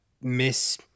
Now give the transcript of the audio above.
miss